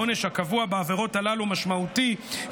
העונש הקבוע בעבירות הללו משמעותי,